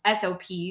SOPs